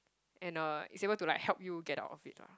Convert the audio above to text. and uh is able to like help you get out of it lah